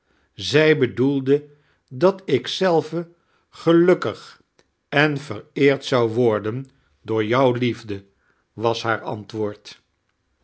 zij bedoelde dat ik zelve gelukkig en vareerd zou worden door jou liefde was haar antwoord